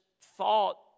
thought